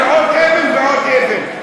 אחד, ועוד אבן ועוד אבן ועוד אבן.